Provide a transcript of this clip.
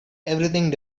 everything